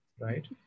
right